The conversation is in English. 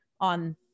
on